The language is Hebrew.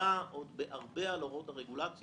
שמחמירה עוד הרבה על הוראות הרגולציה.